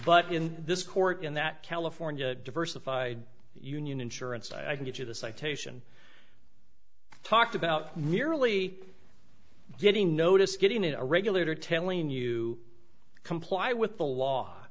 but in this court in that california diversified union insurance i can get a citation talked about nearly getting noticed getting in a regulator telling you comply with the law